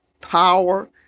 power